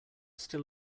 still